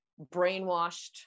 brainwashed